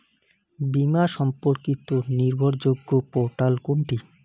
বীমা সম্পর্কিত নির্ভরযোগ্য পোর্টাল কোনটি?